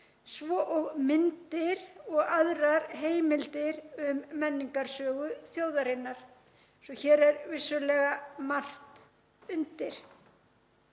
svo og myndir og aðrar heimildir um menningarsögu þjóðarinnar. Hér er því vissulega margt undir.